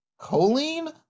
Choline